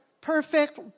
perfect